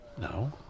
No